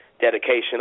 dedication